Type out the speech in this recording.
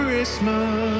Christmas